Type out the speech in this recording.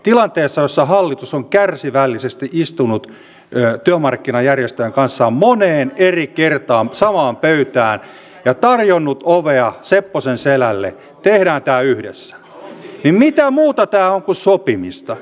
tilanteessa jossa hallitus on kärsivällisesti istunut työmarkkinajärjestöjen kanssa moneen eri kertaan samaan pöytään ja tarjonnut ovea sepposen selälleen tehdään tämä yhdessä niin mitä muuta tämä on kuin sopimista